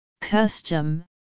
custom